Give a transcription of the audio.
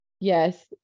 Yes